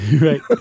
Right